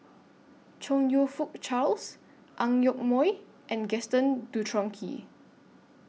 Chong YOU Fook Charles Ang Yoke Mooi and Gaston Dutronquoy